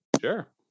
Sure